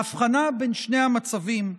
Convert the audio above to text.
ההבחנה בין שני המצבים,